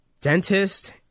dentist